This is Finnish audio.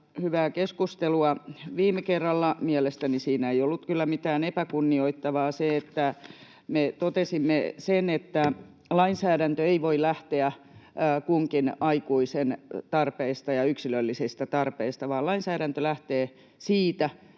hyvää keskustelua viime kerralla. Mielestäni siinä ei ollut kyllä mitään epäkunnioittavaa. Se, että me totesimme, että lainsäädäntö ei voi lähteä kunkin aikuisen tarpeista ja yksilöllisistä tarpeista vaan lainsäädäntö lähtee siitä,